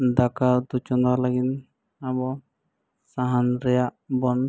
ᱫᱟᱠᱟ ᱩᱛᱩ ᱪᱚᱸᱫᱟ ᱞᱟᱹᱜᱤᱫ ᱟᱵᱚ ᱥᱟᱦᱟᱱ ᱨᱮᱭᱟᱜ ᱵᱚᱱ